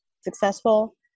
successful